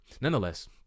Nonetheless